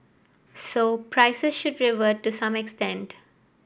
so price should revert to some extent